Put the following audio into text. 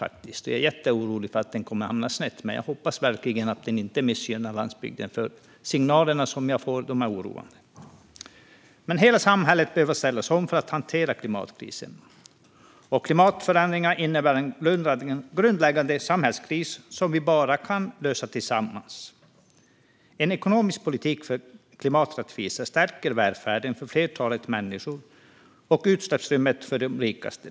Jag är orolig att den kommer att hamna snett, och jag hoppas verkligen att den inte missgynnar landsbygden. Signalerna jag får är dock oroande. Hela samhället behöver ställas om för att vi ska kunna hantera klimatkrisen. Klimatförändringarna innebär en grundläggande samhällskris som vi bara kan lösa tillsammans. En ekonomisk politik för klimaträttvisa stärker välfärden för flertalet människor och minskar utsläppsutrymmet för de rikaste.